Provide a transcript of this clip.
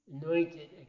anointed